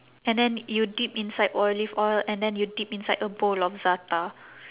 and then you dip inside olive oil and then you dip inside a bowl of za'atar